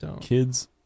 Kids